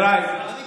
חבריי, לא נתנגד.